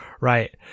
right